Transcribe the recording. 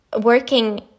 working